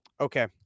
Okay